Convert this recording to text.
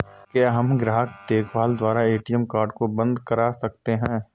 क्या हम ग्राहक देखभाल द्वारा ए.टी.एम कार्ड को बंद करा सकते हैं?